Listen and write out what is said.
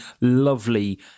lovely